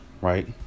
Right